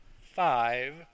five